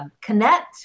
connect